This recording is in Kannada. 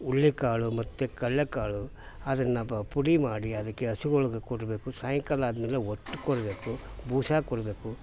ಹುಳ್ಳಿಕಾಳು ಮತ್ತು ಕಳ್ಳೆಕಾಳು ಅದನ್ನು ಪುಡಿ ಮಾಡಿ ಅದಕ್ಕೆ ಹಸುಗಳ್ಗೆ ಕೊಡಬೇಕು ಸಾಯಂಕಾಲ ಆದಮೇಲೆ ಹೊಟ್ ಕೊಡಬೇಕು ಬೂಸಾ ಕೊಡಬೇಕು